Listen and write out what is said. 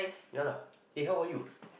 ya lah eh how are you